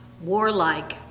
warlike